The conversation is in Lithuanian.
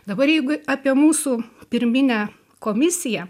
dabar jeigu apie mūsų pirminę komisiją